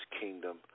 kingdom